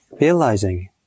Realizing